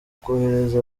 korohereza